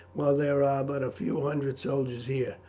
while there are but a few hundred soldiers here.